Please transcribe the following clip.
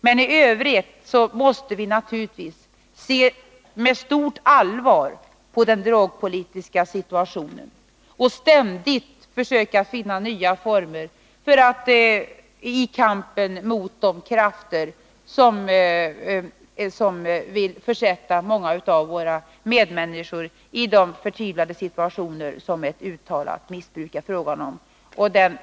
Men i övrigt måste vi se med stort allvar på den drogpolitiska situationen och ständigt försöka finna nya former i kampen mot de krafter som vill försätta många av våra medmänniskor i de förtvivlade situationer som ett uttalat missbruk ger upphov till.